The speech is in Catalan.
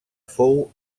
fou